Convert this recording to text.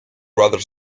rather